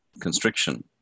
constriction